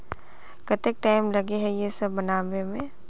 केते टाइम लगे है ये सब बनावे में?